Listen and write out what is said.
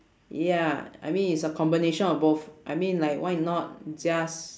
ya I mean it's a combination of both I mean like why not just